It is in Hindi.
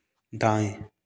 दाएँ